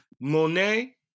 Monet